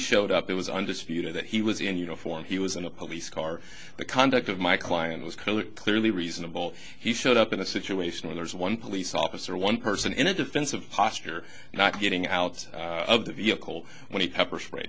showed up it was undisputed that he was in uniform he was in a police car the conduct of my client was clearly reasonable he showed up in a situation where there's one police officer one person in a defensive posture not getting out of the vehicle when he pepper spray